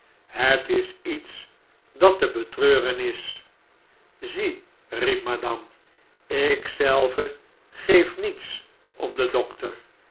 het is iets dat te betreuren is ziel riep madame ik zelve geef nietsom den dokter